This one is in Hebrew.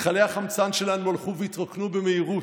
מכלי החמצן שלנו הלכו והתרוקנו במהירות.